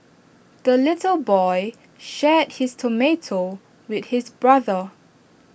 the little boy shared his tomato with his brother